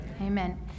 Amen